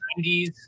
90s